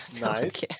Nice